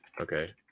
Okay